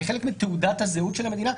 כחלק מתעודת הזהות של המדינה.